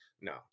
no